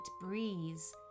breeze